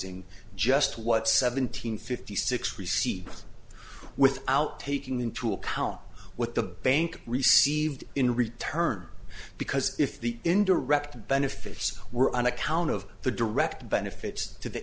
ing just what seventeen fifty six received without taking into account what the bank received in return because if the indirect benefits were on account of the direct benefits to